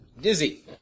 Dizzy